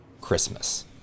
Christmas